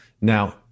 Now